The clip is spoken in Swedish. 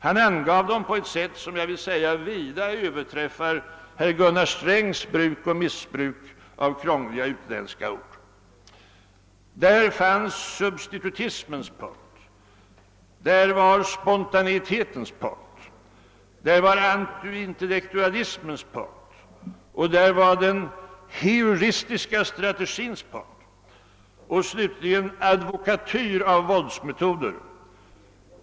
Han angav dem på ett sätt som vida överträffar herr Strängs bruk och missbruk av krångliga utländska ord. Det var substitutismens punkt, det var spontanitetens, det var antiintellektualismens, det var den heuristiska strategins punkt och slutligen: advokatyr av våldsmetoder.